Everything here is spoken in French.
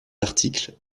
articles